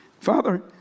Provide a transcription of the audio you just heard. Father